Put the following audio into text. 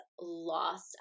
lost